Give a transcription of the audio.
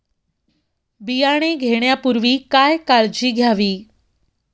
बियाणे घेण्यापूर्वी काय काळजी घ्यावी?